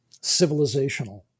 civilizational